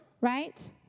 Right